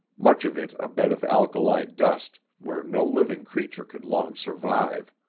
much of it a bed of alkali dust where no living creature could long survive.